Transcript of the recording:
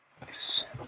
Nice